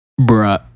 bra